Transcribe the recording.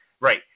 Right